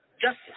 justice